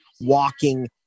walking